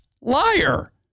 liar